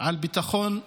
על ביטחון הפנים,